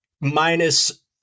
minus